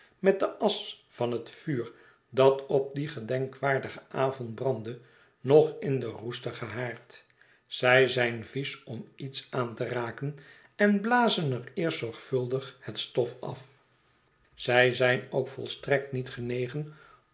met de asch van het vuur dat op dien gedenkwaardigen avond brandde nog in den roestigen haard zij zijn vies om iets aan te raken en blazen er eerst zorgvuldig het stof af zij zijn ook volstrekt niet genegen